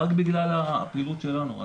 רק בגלל הפעילות שלנו.